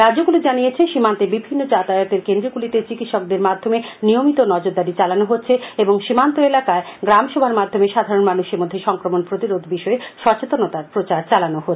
রাজ্যগুলি জানিয়েছে সীমান্তে বিভিন্ন যাতায়াতের কেন্দ্রগুলিতে চিকিৎসকদের মাধ্যমে নিয়মিত নজরদারি চালানো হচ্ছে এবং সীমান্ত এলাকায় গ্রামসভার মাধ্যমে সাধারণ মানুষের মধ্যে সংক্রমণ প্রতিরোধ বিষয়ে সচেতনতার প্রচার চালানো হচ্ছে